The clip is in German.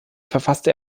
verfasste